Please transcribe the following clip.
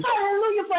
Hallelujah